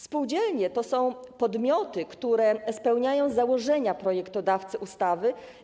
Spółdzielnie to podmioty, które spełniają założenia projektodawcy ustawy.